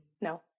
No